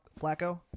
Flacco